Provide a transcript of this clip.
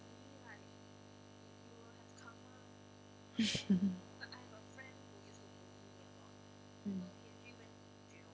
mm